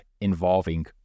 involving